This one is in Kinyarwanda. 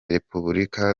repubulika